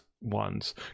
ones